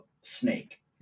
snake